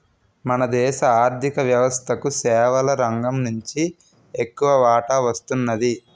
మన దేశ ఆర్ధిక వ్యవస్థకు సేవల రంగం నుంచి ఎక్కువ వాటా వస్తున్నది